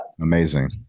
Amazing